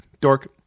dork